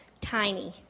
tiny